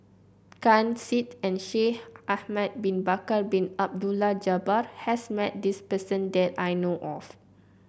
Ken Seet and Shaikh Ahmad Bin Bakar Bin Abdullah Jabbar has met this person that I know of